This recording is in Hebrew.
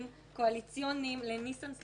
קואליציוניים לניסן סלומינסקי.